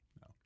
no